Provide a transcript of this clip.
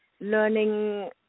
learning